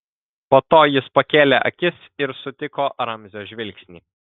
po to jis pakėlė akis ir sutiko ramzio žvilgsnį